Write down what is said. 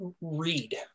read